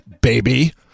baby